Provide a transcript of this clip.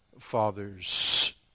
father's